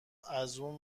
ازاون